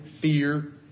fear